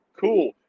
Cool